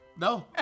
No